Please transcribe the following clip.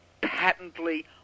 patently